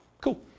Cool